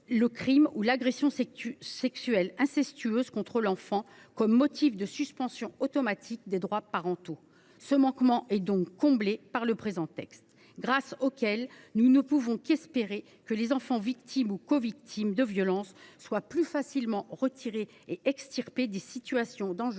le crime ou l’agression sexuelle incestueuse contre l’enfant parmi les motifs de suspension automatique des droits parentaux. Ce manquement est comblé par le présent texte. Ainsi, nous pouvons espérer que les enfants victimes ou covictimes de violence seront plus facilement extirpés des situations dangereuses